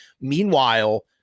Meanwhile